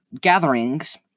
gatherings